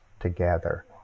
Together